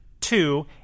Two